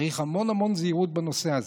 צריך המון המון זהירות בנושא הזה.